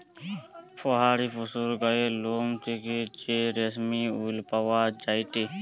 পাহাড়ি পশুর গায়ের লোম থেকে যে রেশমি উল পাওয়া যায়টে